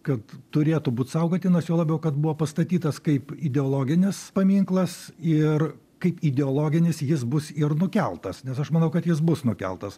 kad turėtų būt saugotinas juo labiau kad buvo pastatytas kaip ideologinis paminklas ir kaip ideologinis jis bus ir nukeltas nes aš manau kad jis bus nukeltas